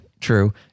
true